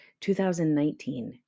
2019